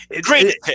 great